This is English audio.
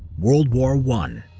world war one.